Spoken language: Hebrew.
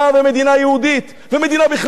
מדינה יהודית ומדינה בכלל,